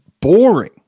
boring